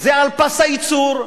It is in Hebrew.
זה על פס הייצור.